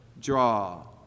draw